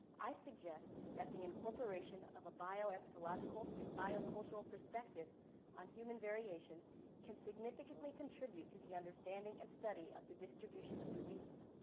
i suggest that the incorporation of a bio anthropological, and bio cultural prospective on human variation can significantly contribute to the understanding and study of the distribution of disease.